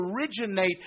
originate